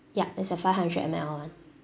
yup that's a five hundred M_L [one]